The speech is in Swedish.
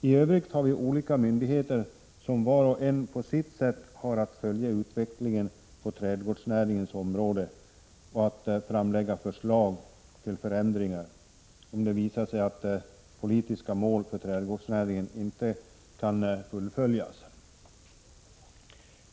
I övrigt har vi olika myndigheter, som var och en på sitt sätt har att följa utvecklingen på trädgårdsnäringens område och att framlägga förslag till förändringar, om det visar sig att de politiska målen för trädgårdsnäringen inte kan fullföljas.